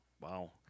Wow